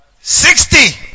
Sixty